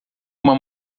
uma